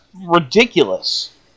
ridiculous